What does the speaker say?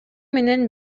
менен